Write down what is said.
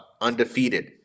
undefeated